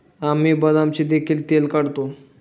आम्ही बदामाचे देखील तेल काढतो